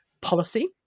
policy